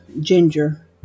ginger